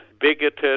bigoted